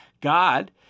God